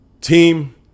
team